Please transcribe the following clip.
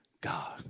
God